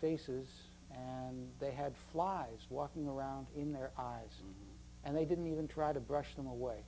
faces and they had flies walking around in their eyes and they didn't even try to brush them away